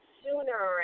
sooner